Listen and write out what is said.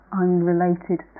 unrelated